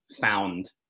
found